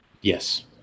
Yes